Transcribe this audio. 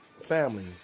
Family